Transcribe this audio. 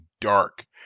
dark